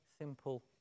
simple